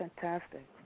fantastic